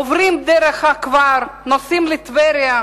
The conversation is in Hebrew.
עוברים דרך הכפר, נוסעים לטבריה,